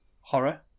horror